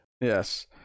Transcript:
Yes